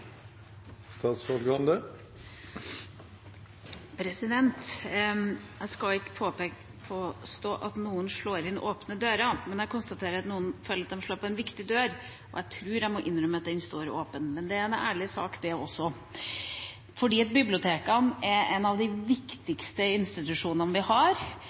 Jeg skal ikke påstå at noen slår inn åpne dører, men jeg konstaterer at noen føler de slår opp en viktig dør, og jeg tror jeg må innrømme at jeg mener den står åpen. Men det er en ærlig sak, det også. Biblioteket er en av de viktigste institusjonene vi har.